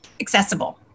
accessible